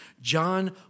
John